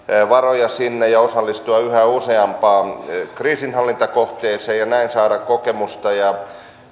varoja sinne ja osallistua yhä useampaan kriisinhallintakohteeseen ja näin saada kokemusta ja